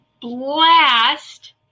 blast